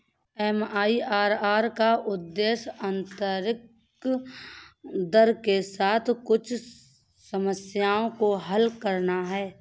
MIRR का उद्देश्य आंतरिक दर के साथ कुछ समस्याओं को हल करना है